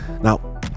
Now